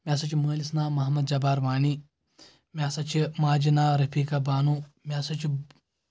مےٚ ہسا چھُ مٲلِس ناو محمد جبار وانی مےٚ ہسا چھِ ماجہِ ناو رفیٖکا بانو مےٚ ہسا چھُ